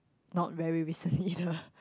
not very recently the